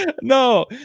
No